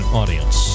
audience